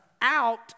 out